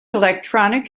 electronic